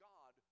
God